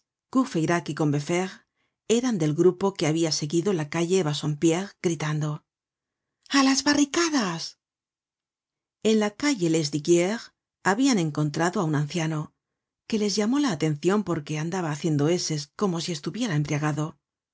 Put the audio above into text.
enjolras courfeyrac y combeferre eran del grupo que habia seguido la calle bassompierre gritando a las barricadas en la calle lesdiguieres habian encontrado á un anciano que les llamó la atencion porque andaba haciendo eses como si estuviera